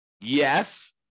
Yes